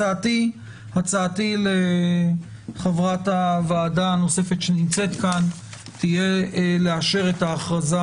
הצעתי לחברת הוועדה הנוספת שנמצאת כאן תהיה לאשר את ההכרזה